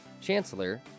Chancellor